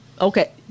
Okay